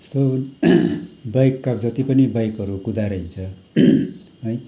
यस्तो बाइकका जति पनि बाइकहरू कुदाएर हिँड्छ है